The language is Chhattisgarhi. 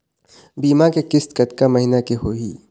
बीमा के किस्त कतका महीना के होही?